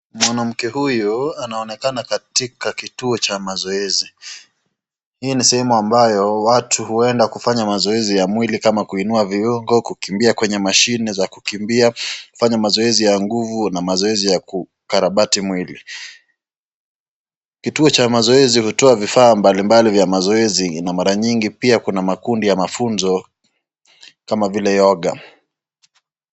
Mwanamke huyo anaonekana katika kituo cha mazoezi. Hii ni sehemu ambayo watu huenda kufanya mazoezi ya mwili kama kuinua kiungo, kukimbia kwenye mashine za kukimbia, kufanya mazoezi ya nguvu na mazoezi ya kukarabati mwili. Kituo cha mazoezi hutoa vifaa mbalimbali vya mazoezi na mara nyingi pia kuna makundi ya mafunzo kama vile yoga.